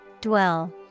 Dwell